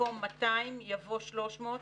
במקום "200" יבוא "300",